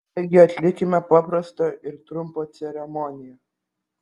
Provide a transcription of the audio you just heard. taigi atlikime paprastą ir trumpą ceremoniją